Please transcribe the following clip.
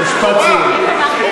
משפט סיום.